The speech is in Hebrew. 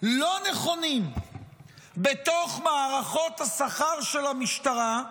לא נכונים בתוך מערכות השכר של המשטרה,